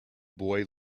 boy